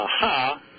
aha